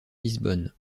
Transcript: lisbonne